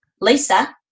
Lisa